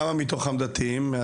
כמה מתוכם דתיים?